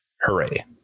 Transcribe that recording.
Hooray